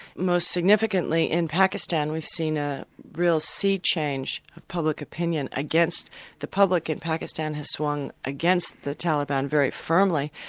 most significantly in pakistan we've seen a real sea-change of public opinion against the public in pakistan has swung against the taliban very firmly,